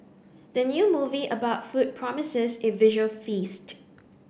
the new movie about food promises a visual feast